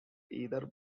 either